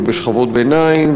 ובשכבות הביניים,